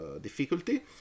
difficulty